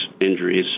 injuries